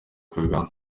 kagame